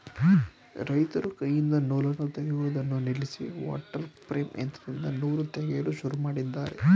ರೈತರು ಕೈಯಿಂದ ನೂಲನ್ನು ತೆಗೆಯುವುದನ್ನು ನಿಲ್ಲಿಸಿ ವಾಟರ್ ಪ್ರೇಮ್ ಯಂತ್ರದಿಂದ ನೂಲು ತೆಗೆಯಲು ಶುರು ಮಾಡಿದ್ದಾರೆ